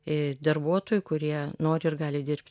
i darbuotojų kurie nori ir gali dirbt